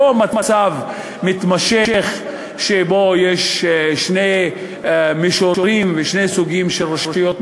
לא מצב מתמשך שבו יש שני מישורים ושני סוגים של רשויות מקומיות,